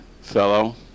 fellow